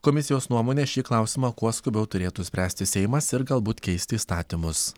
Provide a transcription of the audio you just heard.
komisijos nuomone šį klausimą kuo skubiau turėtų spręsti seimas ir galbūt keisti įstatymus